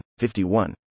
51